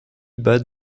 bas